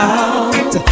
out